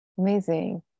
Amazing